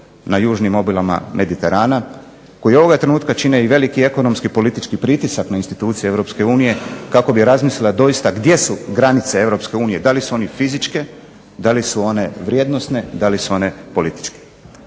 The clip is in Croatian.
na južnim obalama Mediterana koji ovoga trenutka čine i veliki ekonomski, politički pritisak na institucije Europske unije kako bi razmislile doista gdje su granice Europske unije. Da li su one fizičke, da li su one vrijednosne, da li su one političke.